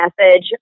message